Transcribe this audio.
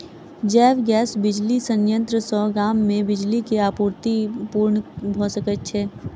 जैव गैस बिजली संयंत्र सॅ गाम मे बिजली के आपूर्ति पूर्ण भ सकैत छै